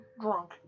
drunk